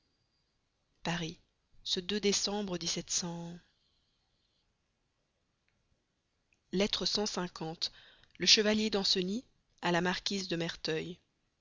paris ce lettre cent cinquante le vicomte de valmont à la marquise de merteuil